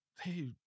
hey